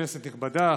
כנסת נכבדה,